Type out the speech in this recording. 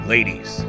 Ladies